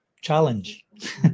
challenge